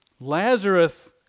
Lazarus